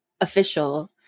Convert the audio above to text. official